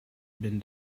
been